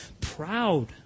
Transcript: proud